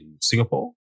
Singapore